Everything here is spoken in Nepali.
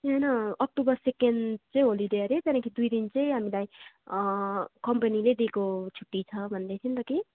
त्यहाँदेखि अक्टोबर सेकेन्ड चाहिँ होलिडे अरे त्यहाँदेखि दुई दिन चाहिँ हामीलाई कम्पनीले दिएको छुट्टी छ भन्दैथ्यो नि त कि